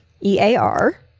E-A-R